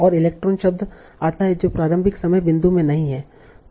और इलेक्ट्रॉन शब्द आता है जो प्रारंभिक समय बिंदु में नहीं हैं